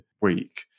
week